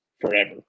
forever